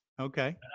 Okay